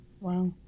Wow